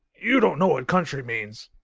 you don't know what country means.